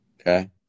Okay